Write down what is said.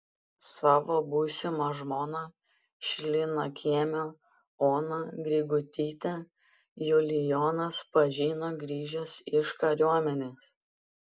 savo būsimą žmoną šlynakiemio oną grigutytę julijonas pažino grįžęs iš kariuomenės